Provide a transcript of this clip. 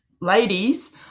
ladies